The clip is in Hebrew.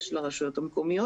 יש לרשויות המקומיות.